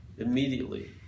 Immediately